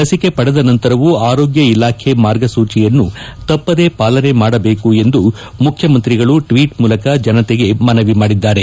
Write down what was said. ಲಸಿಕೆ ಪಡೆದ ನಂತರವು ಆರೋಗ್ಯ ಇಲಾಖೆ ಮಾರ್ಗಸೂಚಿಯನ್ನು ತಪ್ಪದೇ ಪಾಲನೆ ಮಾಡಬೇಕು ಎಂದು ಮುಖ್ಯಮಂತ್ರಿಗಳು ಟ್ವೀಟ್ ಮೂಲಕ ಜನತೆಗೆ ಮನವಿ ಮಾಡಿದ್ದಾರೆ